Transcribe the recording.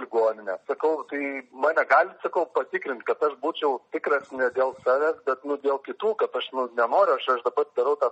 ligoninę sakau tai mane galit sakau patikrint kad aš būčiau tikras ne dėl savęs bet nu dėl kitų kad aš nu nenoriu aš aš dabar darau tą